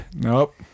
Nope